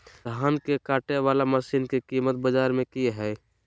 धान के कटे बाला मसीन के कीमत बाजार में की हाय?